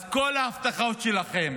אז כל ההבטחות שלכם